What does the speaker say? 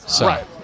Right